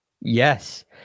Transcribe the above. Yes